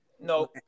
No